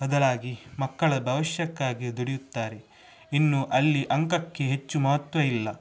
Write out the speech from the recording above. ಬದಲಾಗಿ ಮಕ್ಕಳ ಭವಿಷ್ಯಕ್ಕಾಗಿ ದುಡಿಯುತ್ತಾರೆ ಇನ್ನು ಅಲ್ಲಿ ಅಂಕಕ್ಕೆ ಹೆಚ್ಚು ಮಹತ್ವ ಇಲ್ಲ